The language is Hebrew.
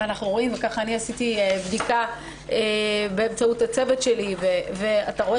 אנחנו רואים עשיתי בדיקה באמצעות הצוות שלי ואתה רואה